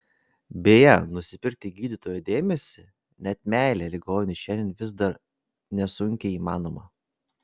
beje nusipirkti gydytojo dėmesį net meilę ligoniui šiandien vis dar nesunkiai įmanoma